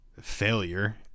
Failure